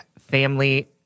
family